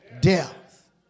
death